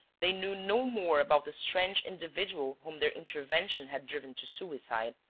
they knew no more about the strange individual whom their intervention had driven to suicide.